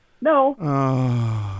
no